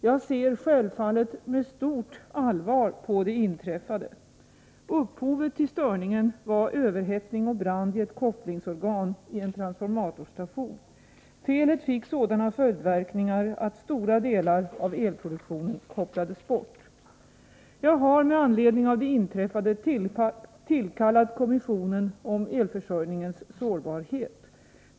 Jag ser självfallet med stort allvar på det inträffade. Upphovet till störningen var överhettning och brand i ett kopplingsorgan i en transformatorstation. Felet fick sådana följdverkningar att stora delar av elproduktionen kopplades bort. Jag har med anledning av det inträffade tillkallat kommissionen om elförsörjningens sårbarhet.